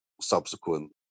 subsequent